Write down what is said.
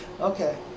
Okay